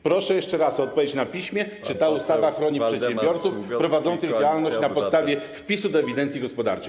Proszę jeszcze raz o odpowiedź na piśmie, czy ta ustawa chroni przedsiębiorców prowadzących działalność na podstawie wpisu do ewidencji gospodarczej.